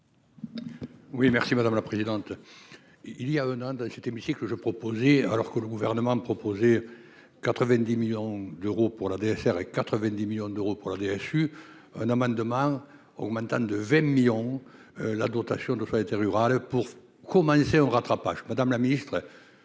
Oui merci madame la présidente, il y a un an, dans cet hémicycle jeu proposé alors que le gouvernement a proposé 90 millions d'euros pour la DHR 90 millions d'euros pour la DHU, un amendement augmentant de 20 millions la dotation de été rural pour commencer au rattrapage, madame la ministre,